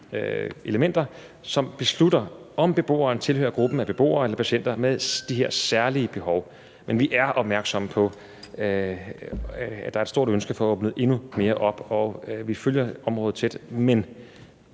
for at beslutte, om beboeren tilhører gruppen af beboere eller patienter med de her særlige behov. Men vi er opmærksomme på, at der er et stort ønske om at få åbnet endnu mere op. Vi følger området tæt,